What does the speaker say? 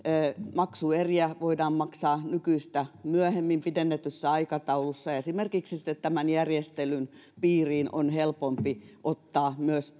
maksueriä voidaan maksaa nykyistä myöhemmin pidennetyssä aikataulussa esimerkiksi sitten tämän järjestelyn piiriin on helpompi ottaa myös